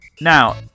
Now